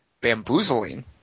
bamboozling